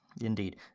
indeed